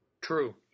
True